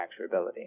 manufacturability